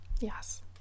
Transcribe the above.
Yes